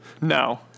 No